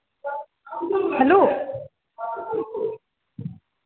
hello